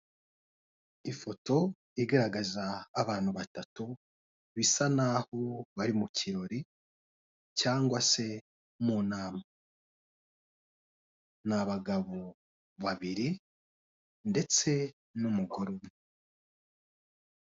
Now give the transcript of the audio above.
Ifoto igaragaza abantu batatu bisa naho bari mukirori cyangwa se munama, n'abagabo babiri ndetse n'umugore umwe.